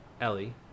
Ellie